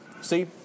see